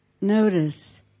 Notice